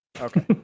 okay